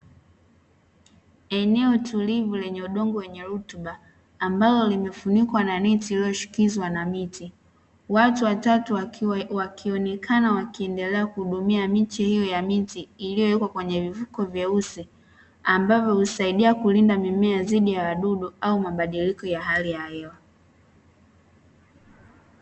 Eneo tulivu lenye udongo wenye rutuba, ambalo limefunikwa na neti iliyoshikizwa na miti. Watu watatu wakiwa wakionekana wakiendelea kuhudumia miche hiyo ya miti iliyowekwa kwenye vifuko vyeusi, ambavyo husaidia kulinda mimea dhidi ya wadudu au mabadiliko ya hali ya hewa.